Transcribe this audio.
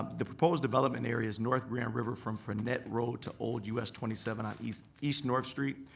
the proposed development area is north grand river from franette road to old us twenty seven on east east north street,